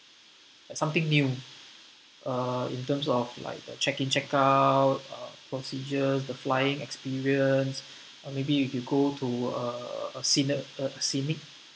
like something new uh in terms of like the check in checkout uh procedure the flying experience or maybe if you go to a scene~ uh scenic